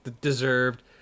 deserved